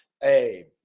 hey